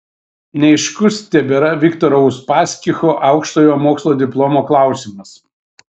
neaiškus tebėra viktoro uspaskicho aukštojo mokslo diplomo klausimas